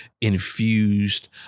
infused